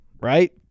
right